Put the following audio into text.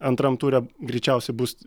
antram ture greičiausiai bus